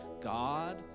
God